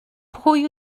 pwy